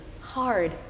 hard